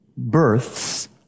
Births